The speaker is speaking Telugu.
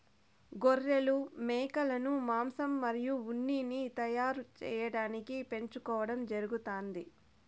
గొర్రెలు, మేకలను మాంసం మరియు ఉన్నిని తయారు చేయటానికి పెంచుకోవడం జరుగుతాంది